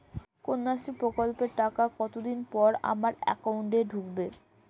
কন্যাশ্রী প্রকল্পের টাকা কতদিন পর আমার অ্যাকাউন্ট এ ঢুকবে?